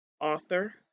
author